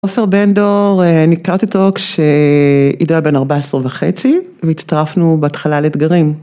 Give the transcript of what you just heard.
אופר בן דור, אני הכרתי אותו כשעידו היה בן 14 וחצי והצטרפנו בהתחלה לאתגרים.